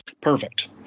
Perfect